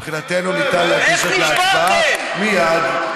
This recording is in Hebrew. מבחינתנו ניתן לגשת להצבעה מייד.